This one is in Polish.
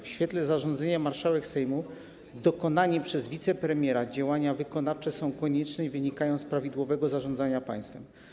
W świetle zarządzenia marszałek Sejmu dokonane przez wicepremiera działania wykonawcze są konieczne i wynikają z prawidłowego zarządzania państwem.